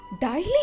Daily